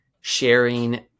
sharing